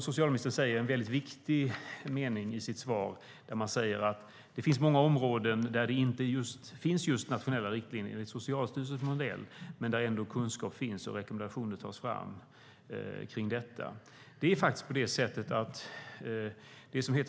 Socialministern sade en viktig sak i sitt svar, nämligen att det finns många områden där det inte finns just nationella riktlinjer enligt Socialstyrelsens modell men kunskap finns och rekommendationer tas fram.